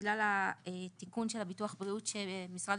בגלל התיקון של ביטוח הבריאות שמשרד